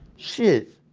shit